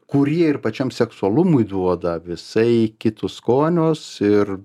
kurį ir pačiam seksualumui duoda visai kitus skonius ir